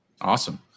Awesome